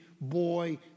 boy